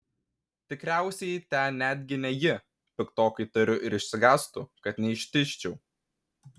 tikriausiai ten netgi ne ji piktokai tariu ir išsigąstu kad neištižčiau